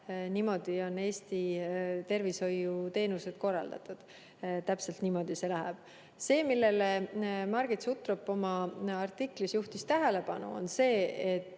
Niimoodi on Eesti tervishoiuteenused korraldatud ja täpselt niimoodi see läheb. See, millele Margit Sutrop oma artiklis tähelepanu juhtis,